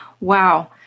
wow